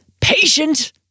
patient